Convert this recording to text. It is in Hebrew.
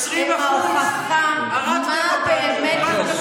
אין משבר דיור.